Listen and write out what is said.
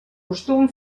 costum